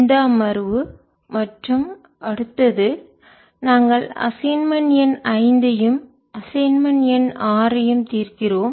இந்த அமர்வு மற்றும் அடுத்தது நாங்கள் அசைன்மென்ட் எண் ஐந்தையும் அசைன்மென்ட் எண் ஆறையும் தீர்க்கிறோம்